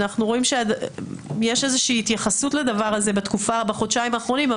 אנחנו רואים שיש איזושהי התייחסות לדבר הזה בחודשיים האחרונים,